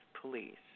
police